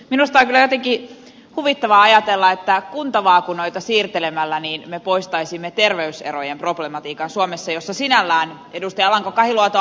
minusta on kyllä jotenkin huvittavaa ajatella että kuntavaakunoita siirtelemällä me poistaisimme suomessa terveys erojen problematiikan jossa sinällään edustaja alanko kahiluoto on aivan oikeassa